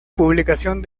publicación